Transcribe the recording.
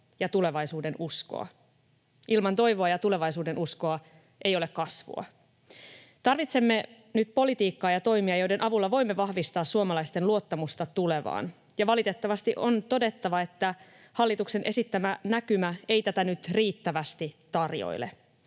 ja tulevaisuudenuskoa. Ilman toivoa ja tulevaisuudenuskoa ei ole kasvua. Tarvitsemme nyt politiikkaa ja toimia, joiden avulla voimme vahvistaa suomalaisten luottamusta tulevaan. Ja valitettavasti on todettava, että hallituksen esittämä näkymä ei tätä nyt riittävästi tarjoile